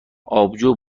آبجو